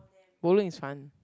bowling is fun